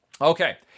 Okay